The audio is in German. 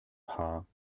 paar